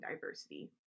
diversity